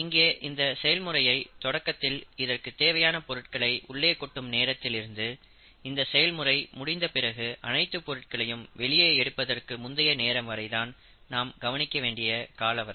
இங்கே இந்த செயல்முறை தொடக்கத்தில் இதற்கு தேவையான பொருட்களை உள்ளே கொட்டும் நேரத்தில் இருந்து இந்த செயல்முறை முடிந்த பிறகு அனைத்து பொருட்களையும் வெளியே எடுப்பதற்கு முந்தைய நேரம் வரை தான் நாம் கவனிக்க வேண்டிய காலவரை